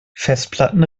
festplatten